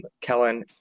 Kellen